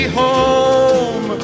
home